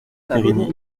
périgny